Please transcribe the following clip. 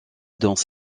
dans